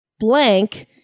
Blank